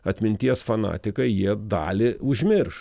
atminties fanatikai jie dalį užmirš